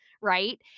Right